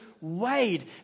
weighed